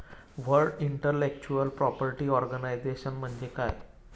World intellectual property organisation म्हणजे काय?